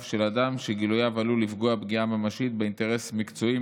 של אדם שגילויו עלול לפגוע פגיעה ממשית באינטרס מקצועי,